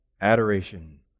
adoration